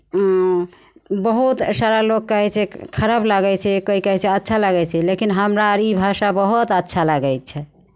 बहुत सारा लोक कहै छै खराब लागै छै कोइ कहै छै अच्छा लागै छै लेकिन हमरा अर ई भाषा बहुत अच्छा लागै छै